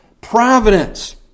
providence